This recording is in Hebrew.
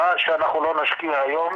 מה שאנחנו לא נשקיע היום,